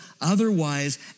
otherwise